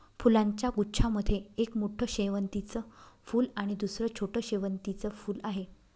फुलांच्या गुच्छा मध्ये एक मोठं शेवंतीचं फूल आणि दुसर छोटं शेवंतीचं फुल आहे